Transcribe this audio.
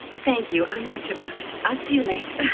thank you. i'm much obliged. i'll see you later.